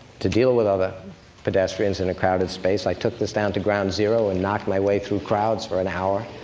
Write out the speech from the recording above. to deal with other pedestrians in a crowded space. i took this down to ground zero, and knocked my way through crowds for an hour.